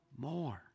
more